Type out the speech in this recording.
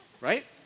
Right